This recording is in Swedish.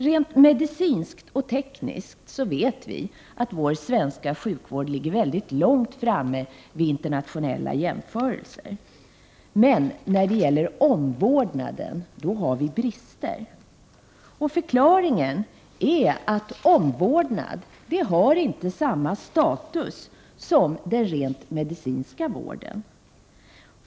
Rent medicinskt och tekniskt ligger vår svenska sjukvård långt framme, vid en internationell jämförelse. Men i fråga om omvårdnaden har vi brister. Förklaringen är att omvårdnad inte har samma status som den rent medicinska vården.